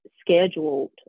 scheduled